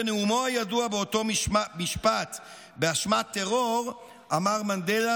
בנאומו הידוע באותו משפט באשמת טרור אמר מנדלה,